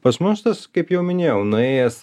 pas mus tas kaip jau minėjau nuėjęs